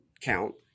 count